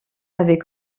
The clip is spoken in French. avait